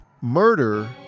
Murder